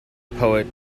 poet